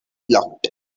blocked